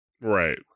Right